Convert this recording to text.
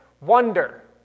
wonder